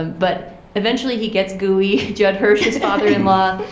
and but eventually he gets gooey. judd hirsch's father in law,